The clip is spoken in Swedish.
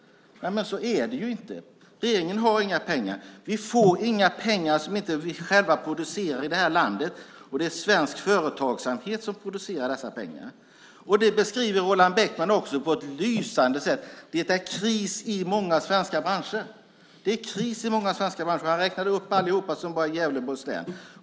Nej, så är det inte! Regeringen har inga pengar! Vi får inga pengar som inte vi själva producerar i det här landet. Det är svensk företagsamhet som producerar dessa pengar. Det beskriver Roland Bäckman på ett lysande sätt. Det är kris i många svenska branscher. Roland Bäckman räknade upp alla i Gävleborgs län.